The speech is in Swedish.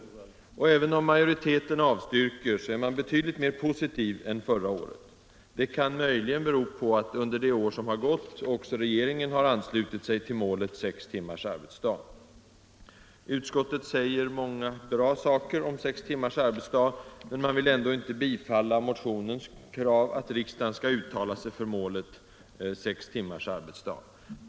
gor Och även om majoriteten avstyrker så är man betydligt mer positiv än förra året. Det kan möjligen bero på att under det år som gått också regeringen har anslutit sig till målet sex timmars arbetsdag. Utskottet säger många bra saker om sex timmars arbetsdag men vill ändå inte bifalla motionens krav att riksdagen skall uttala sig för det målet.